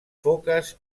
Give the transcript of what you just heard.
foques